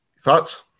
Thoughts